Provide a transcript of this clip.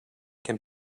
can